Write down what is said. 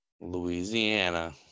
Louisiana